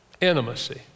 Intimacy